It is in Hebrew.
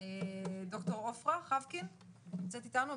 ד"ר עפרה חבקין נמצאת איתנו?